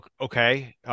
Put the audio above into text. okay